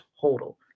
total